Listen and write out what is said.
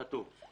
כתוב.